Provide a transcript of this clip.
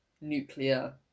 nuclear